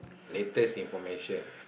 latest information